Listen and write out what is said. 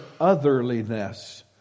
otherliness